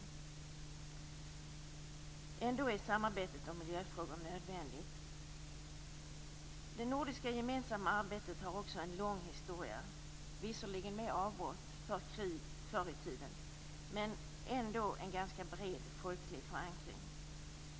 Trots detta är samarbetet om miljöfrågor nödvändigt. Det nordiska gemensamma arbetet har också en lång historia, visserligen med avbrott för krig förr i tiden, men ändå med en ganska bred folklig förankring.